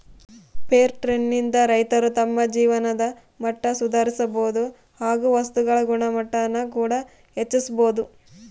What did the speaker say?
fair trade ನಿಂದ ರೈತರು ತಮ್ಮ ಜೀವನದ ಮಟ್ಟ ಸುಧಾರಿಸಬೋದು ಹಾಗು ವಸ್ತುಗಳ ಗುಣಮಟ್ಟಾನ ಕೂಡ ಹೆಚ್ಚಿಸ್ಬೋದು